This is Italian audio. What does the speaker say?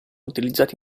utilizzati